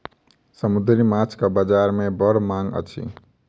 समुद्री माँछक बजार में बड़ मांग अछि